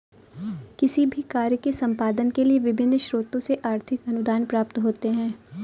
किसी भी कार्य के संपादन के लिए विभिन्न स्रोतों से आर्थिक अनुदान प्राप्त होते हैं